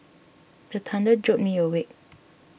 the thunder jolt me awake